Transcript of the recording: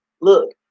look